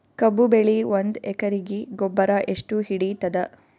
ಕಬ್ಬು ಬೆಳಿ ಒಂದ್ ಎಕರಿಗಿ ಗೊಬ್ಬರ ಎಷ್ಟು ಹಿಡೀತದ?